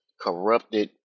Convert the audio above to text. corrupted